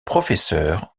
professeur